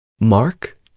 Mark